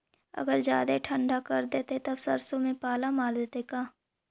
अगर जादे ठंडा कर देतै तब सरसों में पाला मार देतै का?